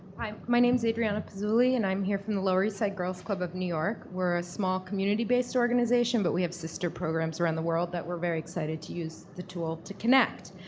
my name's adriana pezzulli. and i'm here from the lower eastside girls' club of new york. we're a small community based organization. but we have sister programs around the world that we're very excited to use the tool to connect.